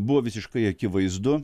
buvo visiškai akivaizdu